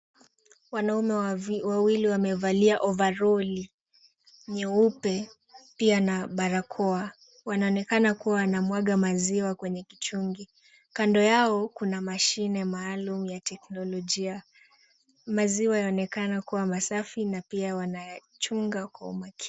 Wanaume wawili wamevalia overali nyeupe, pia na barakoa. Wanaonekana kuwa wanamwaga maziwa kwenye kichungi. Kando yao, kuna mashine maalum ya teknolojia. Maziwa yanaonekana kuwa masafi na pia wana chunga kwa umakini.